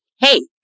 Hey